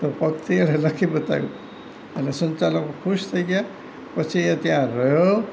તો પગથી એણે લખી બતાવ્યું અને સંચાલકો ખુશ થઈ ગયા પછી એ ત્યાં રહ્યો